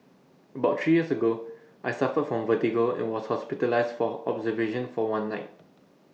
about three years ago I suffered from vertigo and was hospitalised for observation for one night